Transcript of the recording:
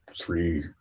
three